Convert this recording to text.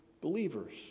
believers